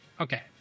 Okay